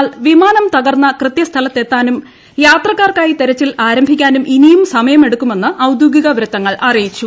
എന്നാൽ വിമാനം തകർന്ന കൃത്യസ്ഥലത്തെത്താനും യാത്രക്കാർക്കായി തെരച്ചിൽ ആരംഭിക്കാനും ഇനിയും സമയമെടുക്കുമെന്ന് ഔദ്യോഗിക വൃത്തങ്ങൾ അറിയിച്ചു